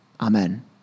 Amen